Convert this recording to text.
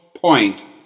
point